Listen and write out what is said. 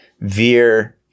Veer